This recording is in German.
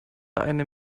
eine